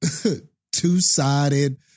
two-sided